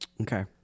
okay